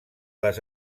les